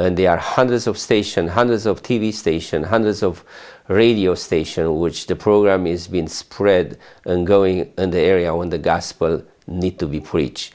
and there are hundreds of station hundreds of t v station hundreds of radio stations which the program has been spread and growing and the area when the gospel need to be preach